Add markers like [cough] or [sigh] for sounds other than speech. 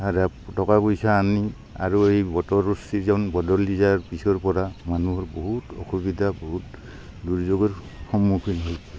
[unintelligible] টকা পইচা আনি আৰু এই বতৰৰ চিজন বদলি যোৱাৰ পিছৰ পৰা মানুহৰ বহুত অসুবিধা বহুত দুৰ্যোগৰ সন্মুখীন হৈছে